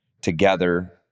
together